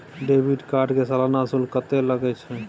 Debit card के सालाना शुल्क कत्ते लगे छै?